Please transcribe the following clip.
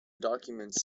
documents